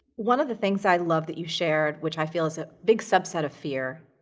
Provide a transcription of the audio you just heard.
one of the things i love that you shared, which i feel is a big subset of fear,